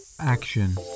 action